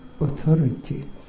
authority